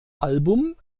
album